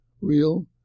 real